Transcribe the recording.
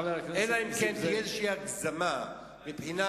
אלא אם כן תהיה איזו הגזמה מבחינת,